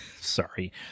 sorry